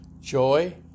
joy